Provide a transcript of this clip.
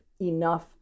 enough